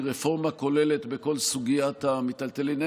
רפורמה כוללת בכל סוגיית המיטלטלין.